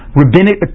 rabbinic